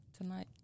Tonight